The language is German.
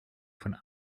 von